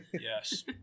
Yes